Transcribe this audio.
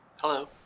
Hello